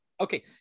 Okay